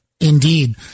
Indeed